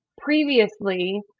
previously